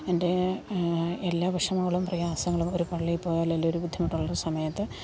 എൻ്റെ എല്ലാ വിഷമങ്ങളും പ്രയാസങ്ങളും ഒരു പള്ളിയിൽ പോയാൽ ലല്ലേ ഒരു ബുദ്ധിമുട്ടുള്ളൊരു സമയത്ത്